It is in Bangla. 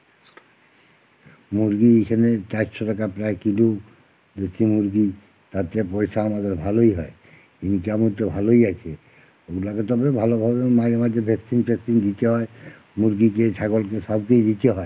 মুরগি এখানে চারশো টাকা প্রায় কিলো দেশি মুরগি তাতে পয়সা আমাদের ভালোই হয় ইনকাম তো ভালোই আছে ওটাকে তো আমরা ভালোভাবে মাঝে মাঝে ভ্যাক্সিন ট্যাক্সিন দিতে হয় মুরগিকে ছাগলকে সবকেই দিতে হয় দিতে হয়